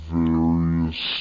various